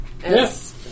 Yes